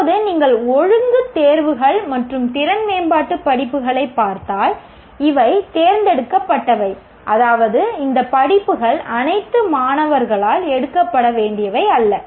இப்போது நீங்கள் ஒழுங்குத் தேர்வுகள் மற்றும் திறன் மேம்பாட்டு படிப்புகளைப் பார்த்தால் இவை தேர்ந்தெடுக்கப்பட்டவை அதாவது இந்த படிப்புகள் அனைத்து மாணவர்களால் எடுக்கப்பட வேண்டியவை அல்ல